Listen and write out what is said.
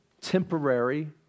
temporary